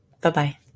Bye-bye